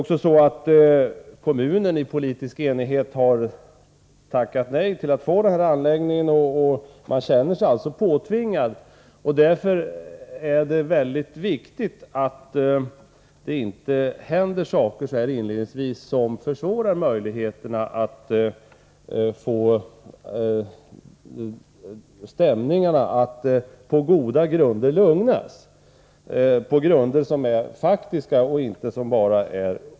Kommunen har i politisk enighet tackat nej till att få anläggningen, och man känner sig alltså påtvingad denna anläggning. Därför är det mycket viktigt att det inte händer saker så här inledningsvis som försvårar möjligheterna att på goda och faktiska grunder lugna de oroliga stämningarna.